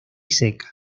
seca